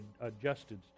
adjusted